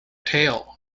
tail